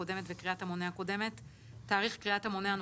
אנחנו מצביעים על -- מה לעשות,